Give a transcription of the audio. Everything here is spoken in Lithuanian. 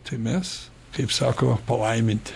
tai mes kaip sako palaiminti